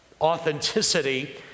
authenticity